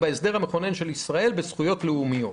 בהסדר המכונן של ישראל בזכויות לאומיות,